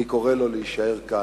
אני קורא לו להישאר כאן,